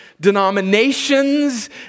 denominations